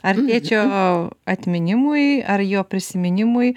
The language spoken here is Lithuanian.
ar tėčio atminimui ar jo prisiminimui